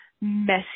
messy